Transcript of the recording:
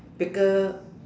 bigger